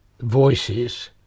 voices